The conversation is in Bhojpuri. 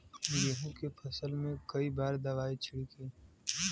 गेहूँ के फसल मे कई बार दवाई छिड़की?